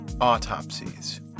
Autopsies